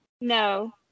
No